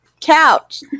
couch